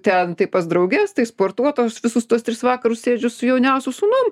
ten tai pas drauges tai sportuot o visus tuos tris vakarus sėdžiu su jauniausiu sūnum